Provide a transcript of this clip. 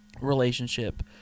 relationship